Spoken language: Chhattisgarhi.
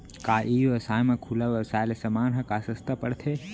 का ई व्यवसाय म खुला व्यवसाय ले समान ह का सस्ता पढ़थे?